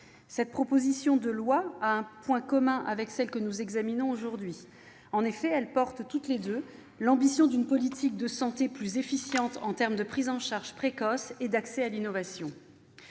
Cette proposition de loi a un point commun avec celle que nous examinons aujourd'hui : elles portent toutes les deux l'ambition d'une politique de santé plus efficiente en termes de prise en charge précoce et d'accès à l'innovation.